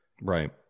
Right